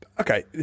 Okay